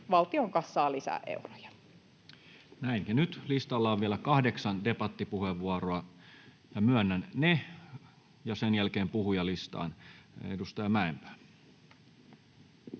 valtion kassaan lisää euroja. Näin. — Ja nyt listalla on vielä kahdeksan debattipuheenvuoroa. Myönnän ne, ja sen jälkeen puhujalistaan. — Edustaja Mäenpää.